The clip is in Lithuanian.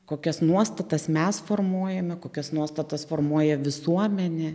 kokias nuostatas mes formuojame kokias nuostatas formuoja visuomenė